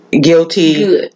guilty